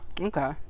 okay